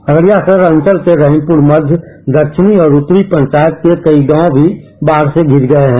खगडिया सदर अंचल के रहीमपुर मध्य दक्षिणी और उत्तरी पंचायत के कई गांव भी बाढ से धिर गये हैं